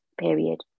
period